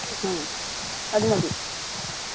ആ അത് മതി